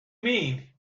mean